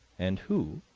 and who,